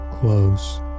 close